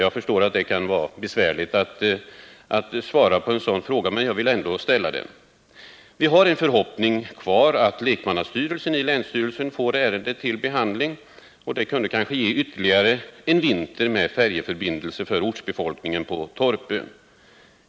Jag förstår att det kan vara besvärligt att svara på en sådan fråga, men jag vill ändå ställa den. Vi har en förhoppning om att lekmannastyrelsen i länsstyrelsen får ärendet till behandling. Det kunde kanske ge ytterligare en vinter med färjeförbindelse för ortsbefolkningen på Torpön.